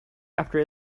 after